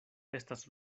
estas